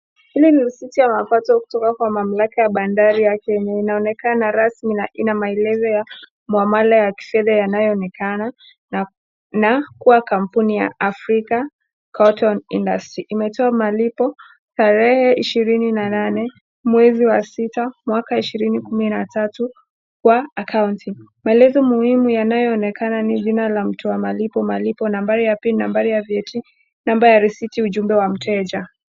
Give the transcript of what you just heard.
Hii ni risiti ya mamalaka ya mapato kutoka kwa mamlaka ya bandari ya Kenya, inaonekana rasmi na ina amelezo ya muamala ya kusheria yanayoonekana na kuwa kamptuni ya Afrika cotton industry , imetoa malipo tarehe ishirini na nane mwezi wa sita, mwaka ishirini kumi na tatu kwa akaunti, maelezo muhimu yanayoonekana ni jina la mtu malipo ambayo yana vat namba ya risiti, na nambali ya mteja.